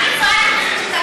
אם לא הייתי צועקת